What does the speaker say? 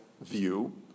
view